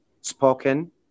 spoken